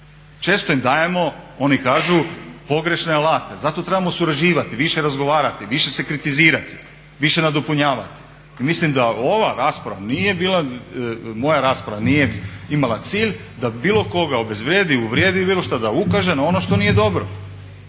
Često ima dajemo, oni kažu, pogrešne alate, zato trebamo surađivati, više razgovarati, više se kritizirati, više nadopunjavati. I mislim da ova rasprava nije bila, moja rasprava nije imala cilj da bilo koga obezvrijedi, uvrijedi ili bilo šta, nego da ukaže na ono što nije dobro